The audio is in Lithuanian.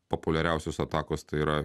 populiariausios atakos tai yra